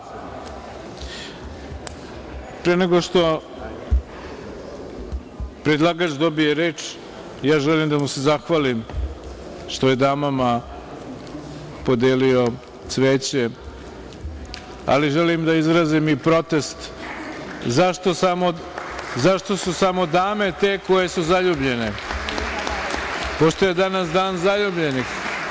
Pre nego što predlagač dobije reč, želim da mu se zahvalim što je damama podelio cveće, ali želim da izrazim i protest zašto su samo dame te koje su zaljubljene, pošto je danas Dan zaljubljenih.